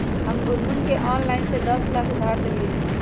हम गुनगुण के ऑनलाइन से दस लाख उधार देलिअई ह